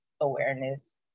awareness